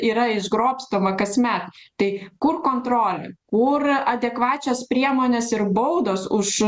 yra išgrobstoma kasmet tai kur kontrolė kur adekvačios priemonės ir baudos už